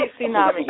Tsunami